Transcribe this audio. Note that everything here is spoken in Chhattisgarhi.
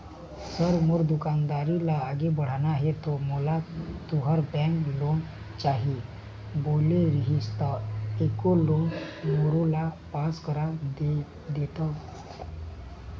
सर मोर दुकानदारी ला आगे बढ़ाना हे ता मोला तुंहर बैंक लोन चाही बोले रीहिस ता एको लोन मोरोला पास कर देतव?